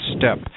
step